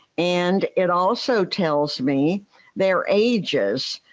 and it also tell so me their ages.